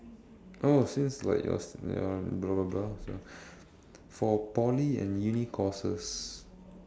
oh since like your your blah blah blah so for Poly and uni courses